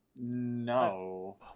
No